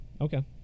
Okay